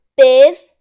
beef